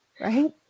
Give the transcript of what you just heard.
right